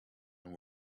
and